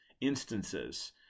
instances